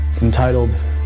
entitled